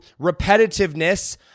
repetitiveness